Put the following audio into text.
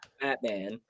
Batman